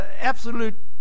absolute